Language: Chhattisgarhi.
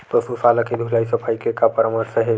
पशु शाला के धुलाई सफाई के का परामर्श हे?